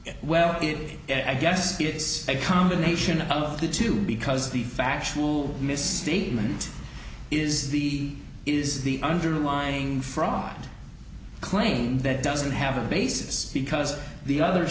the well it i guess it's a combination of the two because the factual misstatement is the is the underlying fraud claim that doesn't have a basis because the other